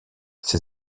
ses